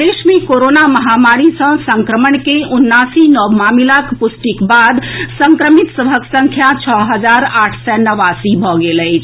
प्रदेश मे कोरोना महामारी सॅ संक्रमण के उनासी नव मामिलाक पुष्टिक बाद संक्रमित सभक संख्या छओ हजार आठ सय नवासी भऽ गेल अछि